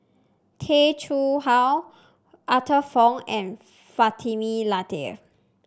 Tay Chee How Arthur Fong and Fatimah Lateef